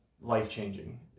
life-changing